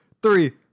Three